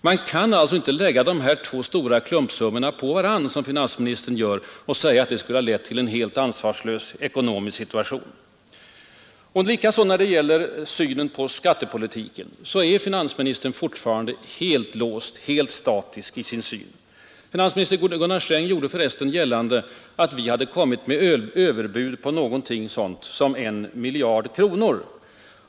Man kan alltså inte lägga de två stora klumpsummorna på varandra, som finansministern gör, och säga att de skulle ha lett till en helt orimlig ekonomisk situation. Likaså är finansministern fortfarande helt låst, helt statisk i sin syn på skattepolitiken. Finansminister Gunnar Sträng gjorde för resten gällande att vi i år hade kommit med överbud på någonting sådant som 1 miljard kronor.